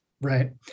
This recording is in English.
Right